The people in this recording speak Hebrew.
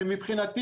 מבחינתי,